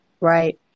Right